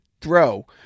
throw